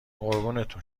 قربونتون